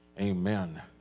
Amen